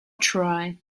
try